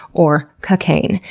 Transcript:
or cocaine.